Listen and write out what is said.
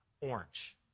orange